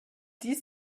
dies